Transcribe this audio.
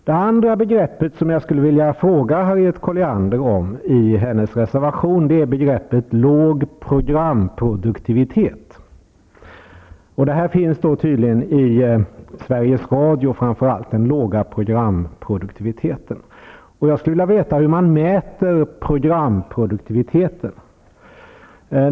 Det andra begreppet i Harriet Collianders reservation som jag skulle vilja fråga henne om är låg programproduktivitet. Den här låga programproduktiviteten finns tydligen framför allt i Sveriges Radio. Jag skulle vilja veta hur man mäter programproduktiviteten.